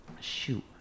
Shoot